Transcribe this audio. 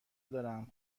دارم